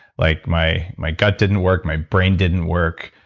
like my my gut didn't work. my brain didn't work.